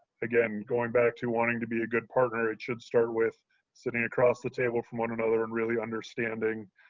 again, going back to wanting to be a good partner, it should start with sitting across the table from one another and really understanding